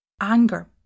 anger